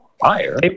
fire